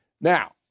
Now